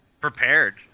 prepared